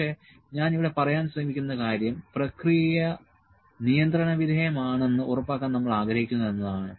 പക്ഷേ ഞാൻ ഇവിടെ പറയാൻ ശ്രമിക്കുന്ന കാര്യം പ്രക്രിയ നിയന്ത്രണവിധേയമാണെന്ന് ഉറപ്പാക്കാൻ നമ്മൾ ആഗ്രഹിക്കുന്നു എന്നതാണ്